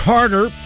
Carter